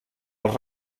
els